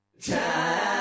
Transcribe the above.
Time